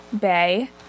Bay